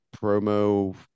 promo